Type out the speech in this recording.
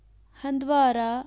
Handwara